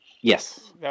Yes